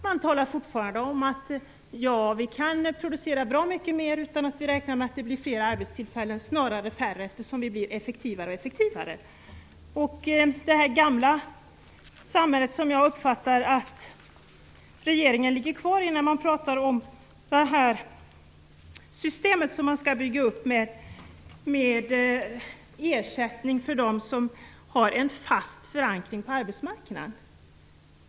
Man talar fortfarande om att man kan producera bra mycket mer utan att vi kan räkna med att blir fler arbetstillfällen. Det blir snarare färre, eftersom vi blir effektivare och effektivare. Jag uppfattar att regeringen lever kvar i det gamla samhället när man pratar om det system som man skall bygga upp med ersättning för dem som har en fast förankring på arbetsmarknaden.